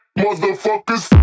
motherfuckers